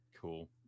cool